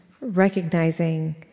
recognizing